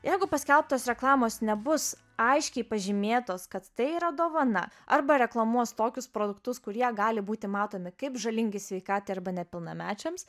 jeigu paskelbtas reklamos nebus aiškiai pažymėtos kad tai yra dovana arba reklamuos tokius produktus kurie gali būti matomi kaip žalingi sveikatai arba nepilnamečiams